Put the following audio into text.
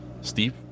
Steve